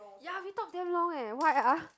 ya we talk damn long eh why ah